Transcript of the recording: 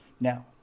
Now